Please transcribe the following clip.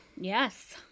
yes